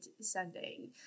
sending